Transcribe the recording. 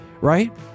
Right